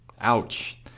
Ouch